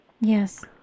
Yes